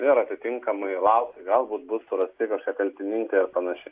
ir atitinkamai laukti galbūt bus surasti kažkokie kaltininkai ar panašiai